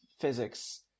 physics